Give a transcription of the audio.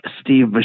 Steve